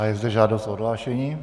Je zde žádost o odhlášení.